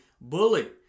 bully